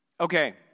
Okay